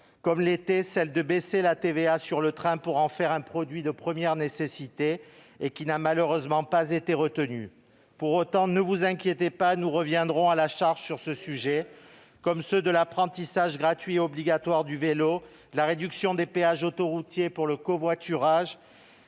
ces travées, la baisse la TVA sur le train pour en faire un produit de première nécessité, n'a malheureusement pas été retenue. Pour autant, ne vous inquiétez pas, nous reviendrons à la charge sur ce sujet, ... Très bien ! Exactement !... comme sur ceux de l'apprentissage gratuit et obligatoire du vélo, de la réduction des péages autoroutiers pour le covoiturage